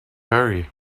hurry